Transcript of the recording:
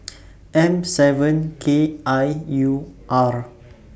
M seven K I U R